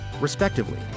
respectively